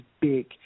big